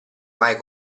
mai